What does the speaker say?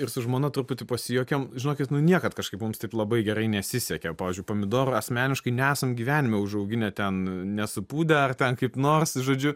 ir su žmona truputį pasijuokėm žinokit nu niekad kažkaip mums taip labai gerai nesisekė pavyzdžiui pomidorą asmeniškai nesam gyvenime užauginę ten nesupūdę ar ten kaip nors žodžiu